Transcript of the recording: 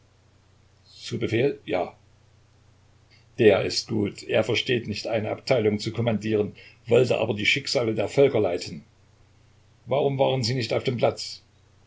zu befehl ja der ist gut er versteht nicht eine abteilung zu kommandieren wollte aber die schicksale der völker leiten warum waren sie nicht auf dem platz